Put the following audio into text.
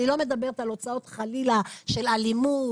אני לא מדברת על הוצאות חלילה של אלימות,